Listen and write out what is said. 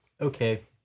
Okay